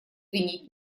винить